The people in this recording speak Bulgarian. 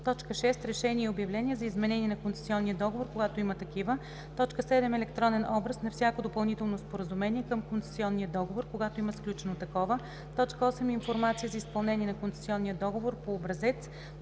6. решения и обявления за изменение на концесионния договор, когато има такива; 7. електронен образ на всяко допълнително споразумение към концесионния договор – когато има сключено такова; 8. информация за изпълнение на концесионния договор по образец;